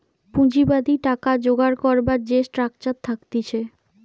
পুঁজিবাদী টাকা জোগাড় করবার যে স্ট্রাকচার থাকতিছে